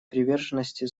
приверженности